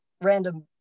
random